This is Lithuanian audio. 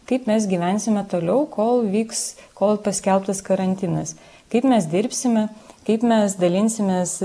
kaip mes gyvensime toliau kol vyks kol paskelbtas karantinas kaip mes dirbsime kaip mes dalinsimės